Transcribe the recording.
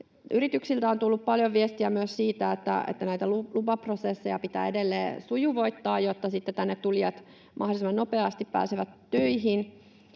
Yrityksiltä on tullut paljon viestiä myös siitä, että näitä lupaprosesseja pitää edelleen sujuvoittaa, jotta sitten tänne tulijat mahdollisimman nopeasti pääsevät töihin